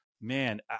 man